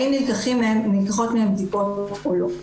האם נלקחות מהם בדיקות או לא?